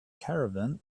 caravan